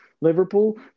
Liverpool